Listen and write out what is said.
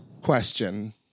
question